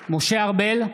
משה ארבל,